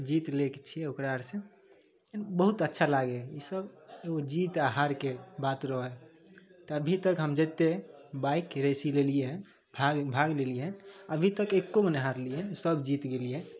जीति लैके छिए ओकरा आरसे बहुत अच्छा लागै हइ ईसब एगो जीत आओर हारके बात रहै हइ तऽ अभी तक हम जतेक बाइक रेसी लेलिए हँ भाग भाग लेलिए हँ अभी तक एकोगोमे नहि हारलिए हँ सब जीति गेलिए हँ